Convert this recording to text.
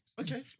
Okay